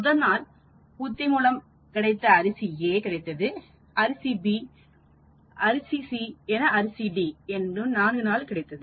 முதல் நாள் ஊத்தி ஒன்றின் மூலம் அரிசிA கிடைத்தது அரிசி B உத்தி இரண்டின் மூலம் கிடைத்தது அரிசி C உத்தி மூன்றின் வழியாக கிடைத்தது மற்றும் அரிசி D நான்காம் புத்தியின் வழியாக கிடைத்தது